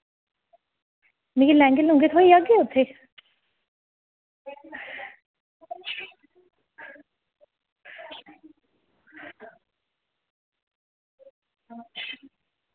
मिगी लैंह्गे लुंह्गे थ्होई जाग्गे उत्थै